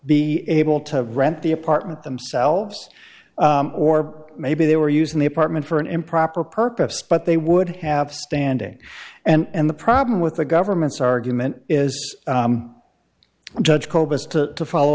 be able to rent the apartment themselves or maybe they were using the apartment for an improper purpose but they would have standing and the problem with the government's argument is judge to